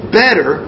better